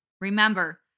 Remember